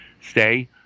stay